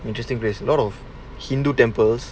interesting place lot of hindu temples